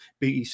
BEC